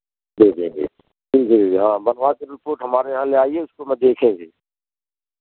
दे देंगे ठीक है हाँ बनवा के रिपोर्ट हमारे यहाँ ले आइये उसको मैं देखेंगे